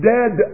Dead